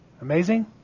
Amazing